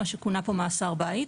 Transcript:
מה שכונה פה "מאסר בית".